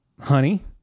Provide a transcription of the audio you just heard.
honey